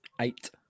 Eight